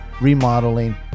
remodeling